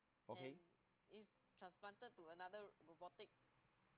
okay